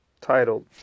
titled